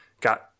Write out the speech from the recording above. got